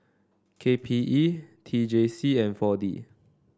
K P E T J C and four D